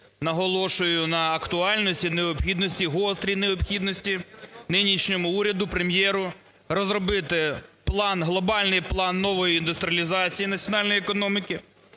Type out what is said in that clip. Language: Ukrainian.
наголошую на актуальності, необхідності, гострій необхідності нинішньому уряду, Прем'єру розробити план, глобальний план нової індустріалізації національної економіки,